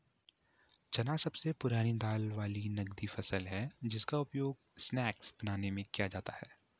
चना सबसे पुरानी दाल वाली नगदी फसल है जिसका उपयोग स्नैक्स बनाने में भी किया जाता है